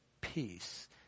peace